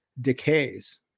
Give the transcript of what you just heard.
decays